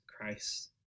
Christ